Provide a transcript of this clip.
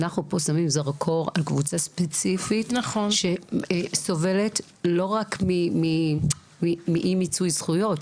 אנחנו פה שמים זרקור על קבוצה ספציפית שסובלת לא רק מאי מיצוי זכויות